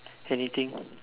anything